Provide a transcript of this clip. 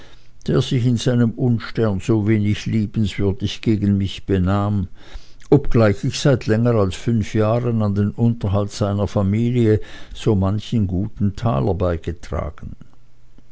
der sich in seinem unstern so wenig liebenswürdig gegen mich benahm obgleich ich seit länger als fünf jahren an den unterhalt seiner familie so manchen guten taler beigetragen